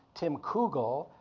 tim koogle,